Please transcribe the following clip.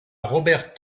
robert